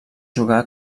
jugar